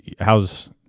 How's